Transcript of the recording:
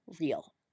real